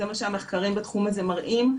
זה מה שהמחקרים בתחום הזה מראים,